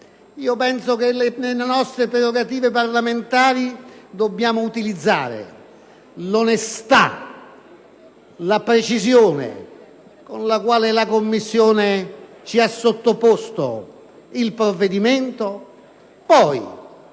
Ritengo che nelle nostre prerogative parlamentari dobbiamo utilizzare l'onestà e la precisione con la quale la Commissione ci ha sottoposto il provvedimento. Poi,